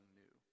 new